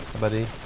buddy